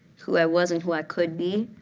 who i was and who i could be.